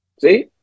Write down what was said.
See